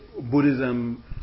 Buddhism